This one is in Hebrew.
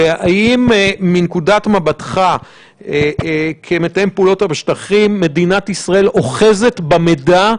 והאם מנקודת מבטך כמתאם פעולות בשטחים מדינת ישראל אוחזת במידע,